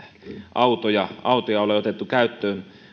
autoja autoja ole otettu käyttöön